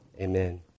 Amen